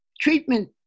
treatment